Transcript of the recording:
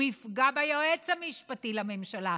הוא יפגע ביועץ המשפטי לממשלה,